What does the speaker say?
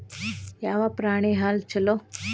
ಯಾವ ಪ್ರಾಣಿ ಹಾಲು ಛಲೋ?